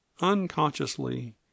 unconsciously